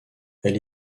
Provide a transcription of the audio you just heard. elle